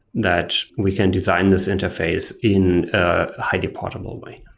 that we can design this interface in a highly portable way